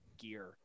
gear